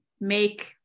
make